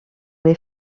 les